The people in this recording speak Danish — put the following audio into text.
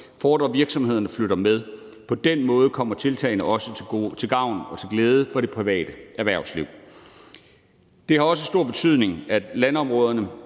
fordrer, at virksomhederne flytter med. På den måde kommer tiltagene også til at være til gavn og til glæde for det private erhvervsliv. Det har også stor betydning for landområderne,